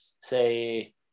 say